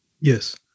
Yes